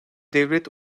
devlet